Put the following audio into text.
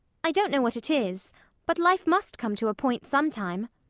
i don't know what it is but life must come to a point sometime.